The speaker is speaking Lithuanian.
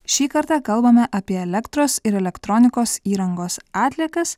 šį kartą kalbame apie elektros ir elektronikos įrangos atliekas